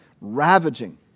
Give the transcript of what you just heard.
ravaging